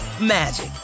magic